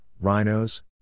rhinos